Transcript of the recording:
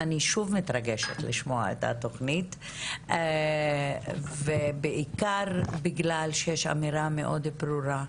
אני שוב מתרגשת לשמוע את התוכנית ובעיקר בגלל שיש אמירה מאוד ברורה,